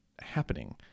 happening